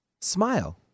smile